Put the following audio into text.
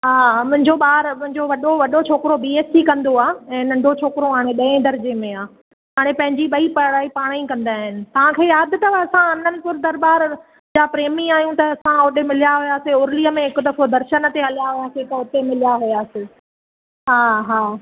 हा हा मुंहिंजो ॿारु मुंहिंजो वॾो वॾो छोकिरो बी एस सी कंदो आहे ऐं नंढो छोकिरो हाणे ॾहें दर्जे में आहे हाणे पंहिंजी ॿई पढ़ाई पाण ई कंदा आहिनि तव्हांखे यादि अथव असां अनंतपुर दरॿार जा प्रेमी आहियूं त असां ओॾे मिलिया हुयासे उर्लीअ में हिकु दफ़ो दर्शन ते हलिया हुयासे त हुते मिलिया हुयासे हा हा